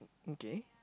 okay